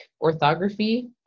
orthography